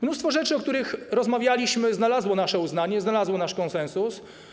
Mnóstwo rzeczy, o których rozmawialiśmy, znalazło nasze uznanie, znalazło nasz konsensus.